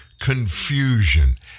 confusion